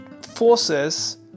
forces